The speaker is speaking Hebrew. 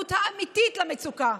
מהאחראית האמיתית למצוקה,